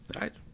right